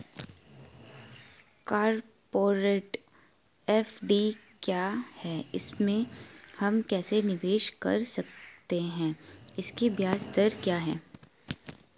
Corporate FD क्या है इसमें हम कैसे निवेश कर सकते हैं इसकी ब्याज दर क्या है?